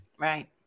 right